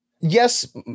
Yes